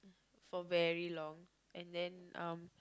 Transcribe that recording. for very long and then uh